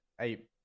eight